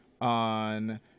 on